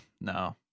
no